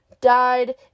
died